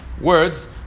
words